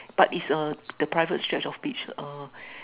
but it's uh the private stretch of beach uh